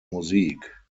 musik